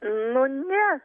nu ne